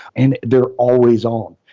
and they're always on.